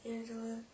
Angela